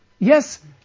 Yes